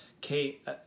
Kate